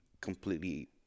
completely